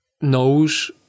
knows